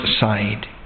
side